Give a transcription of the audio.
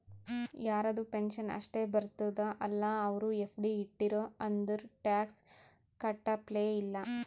ಯಾರದು ಪೆನ್ಷನ್ ಅಷ್ಟೇ ಬರ್ತುದ ಅಲ್ಲಾ ಅವ್ರು ಎಫ್.ಡಿ ಇಟ್ಟಿರು ಅಂದುರ್ ಟ್ಯಾಕ್ಸ್ ಕಟ್ಟಪ್ಲೆ ಇಲ್ಲ